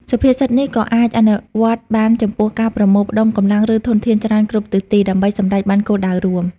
សុភាសិតនេះក៏អាចអនុវត្តបានចំពោះការប្រមូលផ្តុំកម្លាំង ឬធនធានច្រើនគ្រប់ទិសទី ដើម្បីសម្រេចបានគោលដៅរួម។